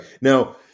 Now